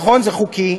נכון, זה חוקי,